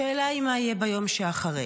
השאלה היא מה יהיה ביום שאחרי,